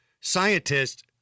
scientists